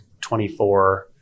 24